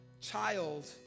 child